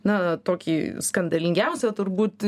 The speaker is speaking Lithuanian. na tokį skandalingiausią turbūt